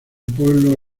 pueblo